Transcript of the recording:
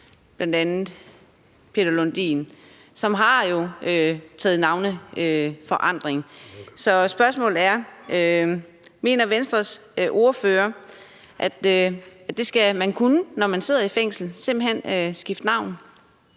drab, bl.a. Peter Lundin, som har taget navneforandring. Så spørgsmålet er: Mener Venstres ordfører, at det skal man kunne, når man sidder i fængsel, altså simpelt hen skifte navn?